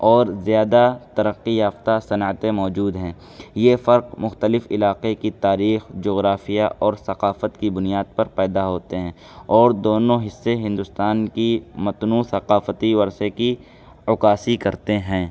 اور زیادہ ترقی یافتہ صنعتیں موجود ہیں یہ فرق مختلف علاقے کی تاریخ جغرافیہ اور ثقافت کی بنیاد پر پیدا ہوتے ہیں اور دونوں حصے ہندوستان کی متنوع ثقافتی ورثے کی عکاسی کرتے ہیں